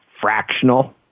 fractional